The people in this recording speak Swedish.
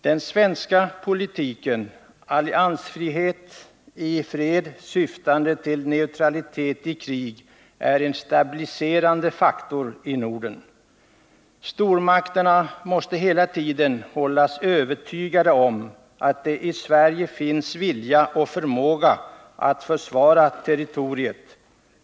Den svenska politiken — alliansfrihet i fred, syftande till neutralitet i krig — är en stabiliserande faktor i Norden. Stormakterna måste hela tiden hållas övertygade om att det i Sverige finns vilja och förmåga att försvara territoriet.